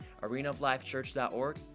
arenaoflifechurch.org